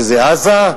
שזה עזה,